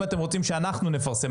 אם אתם רוצים שאנחנו נפרסם,